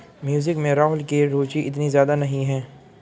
music में राहुल की रुचि इतनी ज्यादा नहीं है